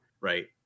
right